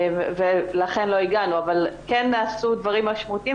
ולכן לא הגענו אבל כן נעשו דברים משמעותיים,